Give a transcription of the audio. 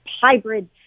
hybrid